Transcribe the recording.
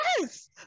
Yes